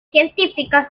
científicos